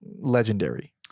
legendary